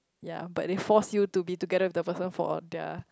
ya but they forced you to be together with the person for their